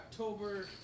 October